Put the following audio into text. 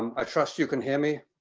um i trust you can hear me.